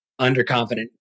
underconfident